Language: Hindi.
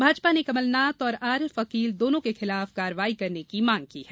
भाजपा ने कमलनाथ और आरिफ अकील दोनो के खिलाफ कार्यवाही करने की मांग की है